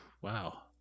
Wow